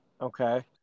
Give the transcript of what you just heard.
Okay